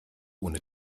ohne